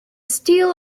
steel